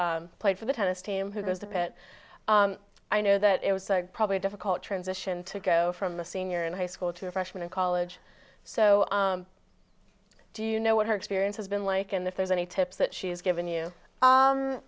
who played for the tennis team who has that bit i know that it was probably a difficult transition to go from the senior in high school to a freshman in college so i do you know what her experience has been like and if there's any tips that she has given you